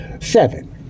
Seven